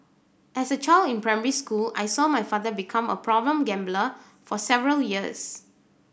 as a child in primary school I saw my father become a problem gambler for several years